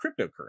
cryptocurrency